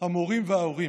מהמורים ומההורים.